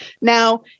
Now